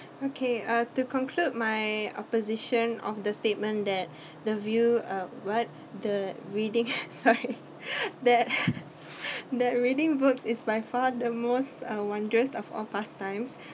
okay uh to conclude my opposition of the statement that the view uh what the reading sorry that that reading books is by far the most wondrous of all past times